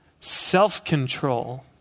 self-control